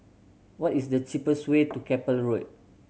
what is the cheapest way to Keppel Road